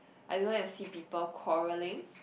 I don't like to see people quarrelling